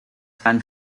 fan